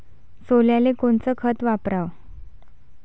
सोल्याले कोनचं खत वापराव?